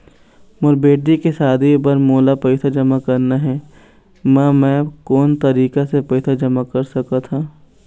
मोर बेटी के शादी बर मोला पैसा जमा करना हे, म मैं कोन तरीका से पैसा जमा कर सकत ह?